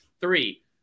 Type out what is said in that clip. Three